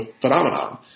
phenomenon